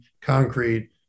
concrete